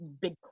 big